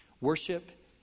Worship